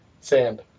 Sand